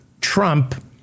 Trump